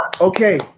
Okay